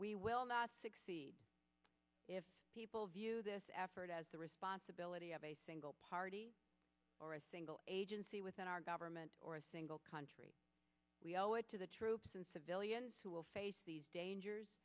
we will not succeed if people view this effort as the responsibility of a single party or a single agency within our government or a single country we owe it to the troops and civilians who will face these dangers